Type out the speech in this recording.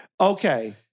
Okay